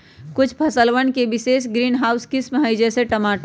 कुछ फसलवन के विशेष ग्रीनहाउस किस्म हई, जैसे टमाटर